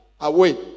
away